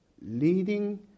leading